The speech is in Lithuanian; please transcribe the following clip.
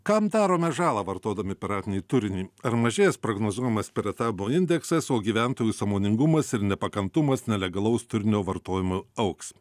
kam darome žalą vartodami piratinį turinį ar mažės prognozuojamas piratavimo indeksas o gyventojų sąmoningumas ir nepakantumas nelegalaus turinio vartojimui augs